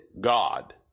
God